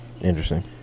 Interesting